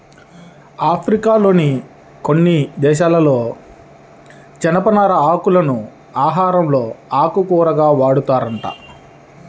ఆఫ్రికాలోని కొన్ని దేశాలలో జనపనార ఆకులను ఆహారంలో ఆకుకూరగా వాడతారంట